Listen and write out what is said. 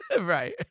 Right